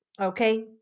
Okay